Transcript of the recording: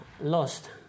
lost